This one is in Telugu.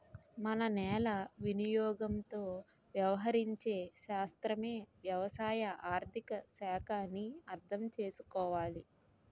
మన నేల వినియోగంతో వ్యవహరించే శాస్త్రమే వ్యవసాయ ఆర్థిక శాఖ అని అర్థం చేసుకోవాలి